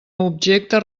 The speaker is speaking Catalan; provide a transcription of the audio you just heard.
objecte